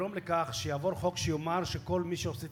לגרום לכך שיעבור חוק שיאמר שכל מי שעושה